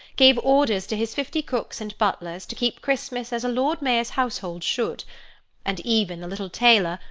gave orders to his fifty cooks and butlers to keep christmas as a lord mayor's household should and even the little tailor,